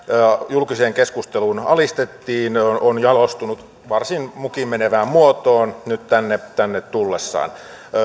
julkiseen keskusteluun alistettiin on jalostunut varsin mukiinmenevään muotoon nyt tänne tänne tullessaan